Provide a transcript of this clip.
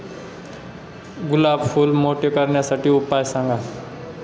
गुलाब फूल मोठे करण्यासाठी उपाय सांगा?